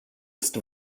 ist